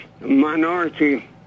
minority